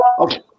Okay